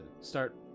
start